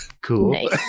Cool